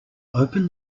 open